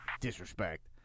Disrespect